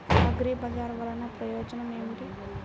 అగ్రిబజార్ వల్లన ప్రయోజనం ఏమిటీ?